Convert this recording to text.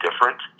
different